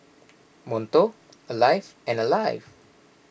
Monto Alive and Alive